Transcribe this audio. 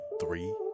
three